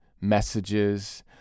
messages